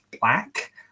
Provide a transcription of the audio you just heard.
black